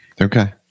Okay